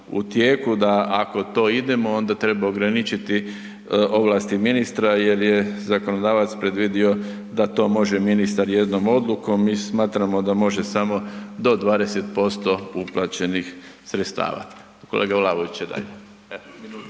da ako to idemo onda treba ograničiti ovlasti ministra jer je zakonodavac predvidio da to može ministar jednom odlukom, mi smatramo da može samo do 20% uplaćenih sredstava. Kolega Vlaović će dalje.